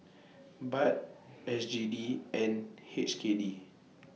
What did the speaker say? Baht S G D and H K D